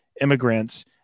immigrants